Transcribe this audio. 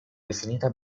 definita